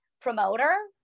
promoter